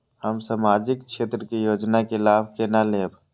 हम सामाजिक क्षेत्र के योजना के लाभ केना लेब?